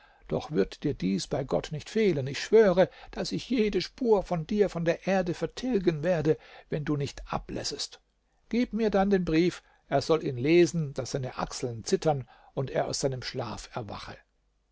doch wird dir dies bei gott nicht fehlen ich schwöre daß ich jede spur von dir von der erde vertilgen werde wenn du nicht ablässest gib mir dann den brief er soll ihn lesen daß seine achseln zittern und er aus seinem schlaf erwache